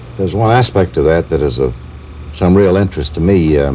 there's one aspect to that, that is of some real interest to me. and